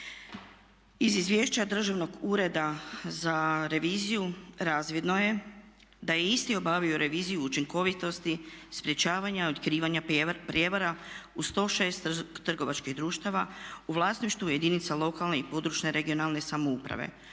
Iz Izvješća Državnog ureda za reviziju razvidno je da je isti obavio reviziju učinkovitosti, sprječavanje i otkrivanja prijevara u 106 trgovačkih društava u vlasništvu jedinica lokalne i područne (regionalne) samouprave